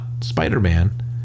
Spider-Man